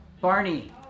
Barney